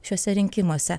šiuose rinkimuose